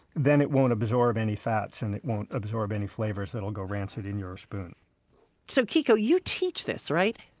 then it won't absorb any fats, and it won't absorb any flavors that will go rancid in your spoon so kiko, you teach this, right?